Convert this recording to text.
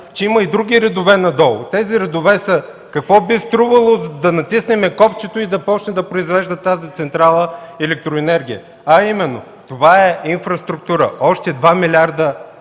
че има и други редове надолу. Тези редове са какво би струвало да натиснем копчето и да започне да произвежда тази централа електроенергия, а именно: инфраструктура – още 2 млрд.